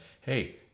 hey